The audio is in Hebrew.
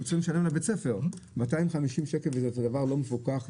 שהוא צריך לשלם לבית ספר 250 שקל וזה דבר לא מפוקח,